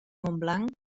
montblanc